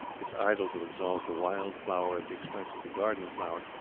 it is idle to exalt the wild flower at the expense of the garden flower